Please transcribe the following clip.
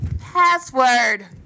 password